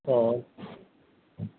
অঁ